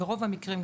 ברוב המקרים,